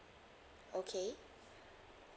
okay